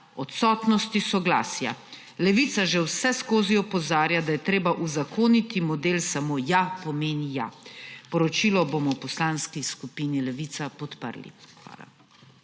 odsotnosti soglasja. Levica že vseskozi opozarja, da je treba uzakoniti model »Samo ja pomeni ja«. Poročilo bomo v Poslanski skupini Levica podprli.